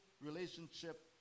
relationship